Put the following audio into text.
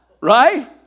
right